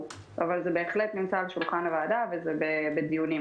אבל זה בהחלט נמצא על שולחן הוועדה וזה בדיונים.